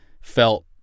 felt